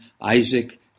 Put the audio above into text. Isaac